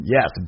Yes